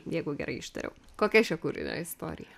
jeigu gerai ištariau kokia šio kūrinio istorija